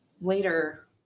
later